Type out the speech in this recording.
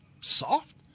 soft